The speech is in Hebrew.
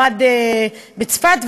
למד בצפת,